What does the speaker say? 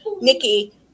Nikki